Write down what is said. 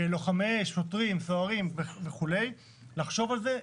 לחשוב על זה.